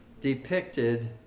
depicted